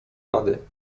rady